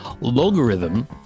logarithm